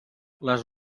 les